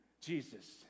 Jesus